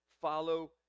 follow